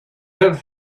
have